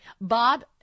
Bob